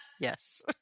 yes